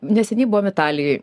neseniai buvom italijoj